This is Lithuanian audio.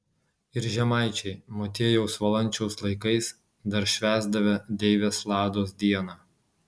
ir žemaičiai motiejaus valančiaus laikais dar švęsdavę deivės lados dieną